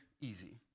easy